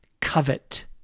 covet